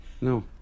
No